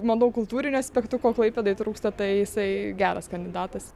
manau kultūriniu aspektu ko klaipėdai trūksta tai jisai geras kandidatas